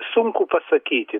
sunku pasakyti